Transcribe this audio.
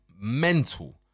mental